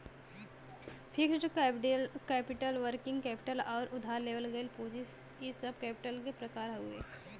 fixed capital working capital आउर उधार लेवल गइल पूंजी इ सब कैपिटल क प्रकार हउवे